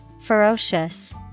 Ferocious